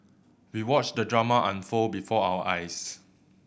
we watched the drama unfold before our eyes